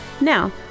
Now